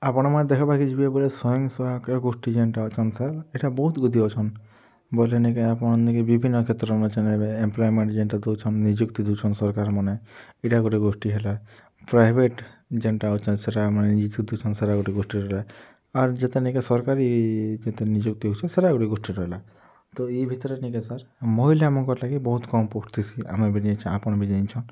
ଆପଣ୍ମାନେ ଦେଖ୍ବାର୍କେ ଯିବେ ବେଲେ ସ୍ୱୟଂସହାୟକ ଗୋଷ୍ଠୀ ଯେନ୍ଟା ଅଛନ୍ ସାର୍ ହେଟା ବହୁତ୍ ଗୁଡ଼େ ଅଛନ୍ ବେଲେ ନି କେଁ ଆପଣ୍ ନି କେଁ ବିଭିନ୍ନ କ୍ଷେତ୍ରନେ ଅଛନ୍ ଏବେ ଏମ୍ପଲୟେମେଣ୍ଟ୍ ଯେନ୍ଟା ଦେଉଛନ୍ ନିଯୁକ୍ତି ଦେଉଛନ୍ ସରକାର୍ ମାନେ ଇ'ଟା ଗୁଟେ ଗୋଷ୍ଠୀ ହେଲା ପ୍ରାଇଭେଟ୍ ଯେନ୍ଟା ଅଛନ୍ ସେଟା ମାନେ ଗୁଟେ ଗୋଷ୍ଠୀ ରହେଲା ଆର୍ ଯେତେ ନି କେଁ ସରକାରୀ ଯେତେ ନିଯୁକ୍ତି ହେଉଛେ ସେଟା ଗୁଟେ ଗୋଷ୍ଠୀ ରହେଲା ତ ଇ ଭିତ୍ରେ ନି କେଁ ସାର୍ ମହିଲା ମାନ୍କର୍ ଲାଗି ବହୁତ୍ କମ୍ ପୋଷ୍ଟ୍ ଥିସି ଆମେ ବି ଜାନିଛୁଁ ଆପଣ୍ ବି ଜାନିଛନ୍